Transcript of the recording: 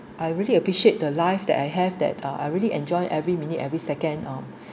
I really appreciate the life that I have that uh I really enjoy every minute every second uh